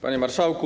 Panie Marszałku!